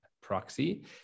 Proxy